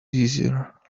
easier